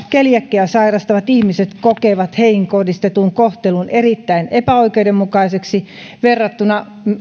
keliakiaa sairastavat ihmiset kokevat heihin kohdistetun kohtelun erittäin epäoikeudenmukaiseksi verrattuna